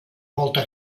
molta